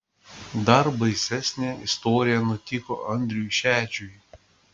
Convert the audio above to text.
dar baisesnė istorija nutiko andriui šedžiui